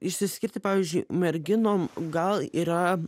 išsiskirti pavyzdžiui merginom gal yra